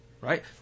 Right